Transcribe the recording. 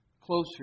closer